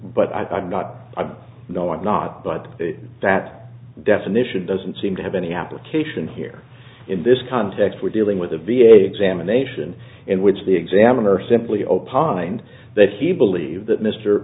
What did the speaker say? but i'm not i know i'm not but that definition doesn't seem to have any application here in this context we're dealing with the v a examination in which the examiner simply opined that he believed that mr